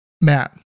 Matt